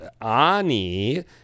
Ani